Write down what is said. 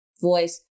voice